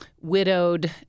widowed